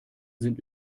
sind